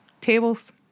Tables